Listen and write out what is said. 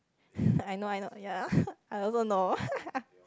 I know I know ya I also know